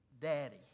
Daddy